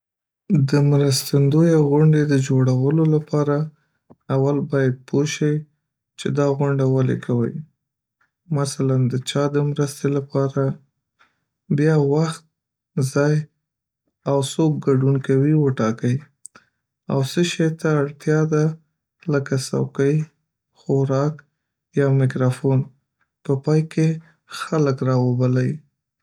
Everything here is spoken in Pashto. د مرستندویه غونډې د جوړولو لپاره، اول باید پوه شئ چې دا غونډه ولې کوئ، مثلاً د چا د مرستې لپاره بیا وخت، ځای، او څوک ګډون کوي وټاکئ، او څه شي ته اړتیا ده لکه څوکۍ، خوراک یا مایکروفون په پای کې خلک راوبلئ، هر څه تیار کړئ، او غونډه په ښه ډول مخته یوسئ.